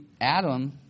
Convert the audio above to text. Adam